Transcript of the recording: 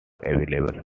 available